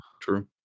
True